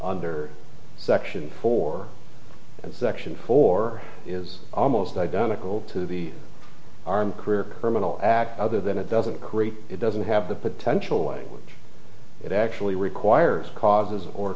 under section four and section four is almost identical to the armed career criminal act other than it doesn't create it doesn't have the potential way it actually requires causes or